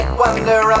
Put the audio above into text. wonder